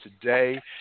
today